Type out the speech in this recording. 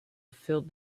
filled